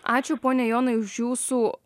ačiū pone jonai už jūsų